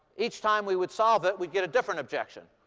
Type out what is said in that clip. each time we would solve it, we'd get a different objection.